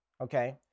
okay